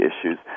issues